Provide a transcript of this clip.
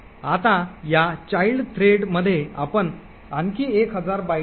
आता या child thread मध्ये आपण आणखी एक हजार बाइट्स मालोक करतो